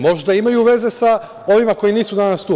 Možda imaju veze sa ovima koji nisu danas tu?